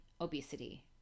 obesity